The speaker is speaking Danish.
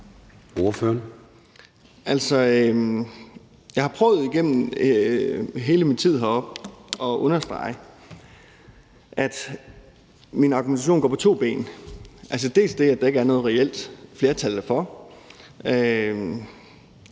Danielsen (V): Jeg har prøvet igennem hele min tid heroppe at understrege, at min argumentation går på to ben: Dels er der det, at der ikke er noget reelt flertal derfor, dels